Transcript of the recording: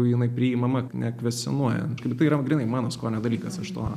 jinai priimama nekvestionuojant ir tai yra grynai mano skonio dalykas aš to